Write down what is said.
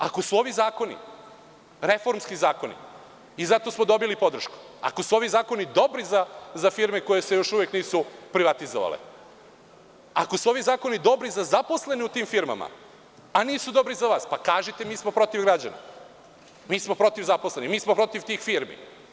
Ako su ovi zakoni reformski zakoni i zato smo dobili podršku, ako su ovi zakoni dobri za firme koje se još uvek nisu privatizovale, ako su ovi zakoni dobri za zaposlene u tim firmama, a nisu dobri za vas, pa kažite – mi smo protiv građana, mi smo protiv zaposlenih, mi smo protiv tih firmi.